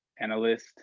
analyst